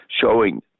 showing